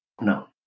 no